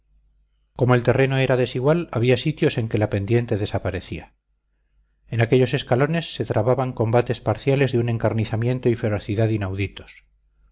como el terreno era desigual había sitios en que la pendiente desaparecía en aquellos escalones se trababan combates parciales de un encarnizamiento y ferocidad inauditos